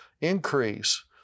increase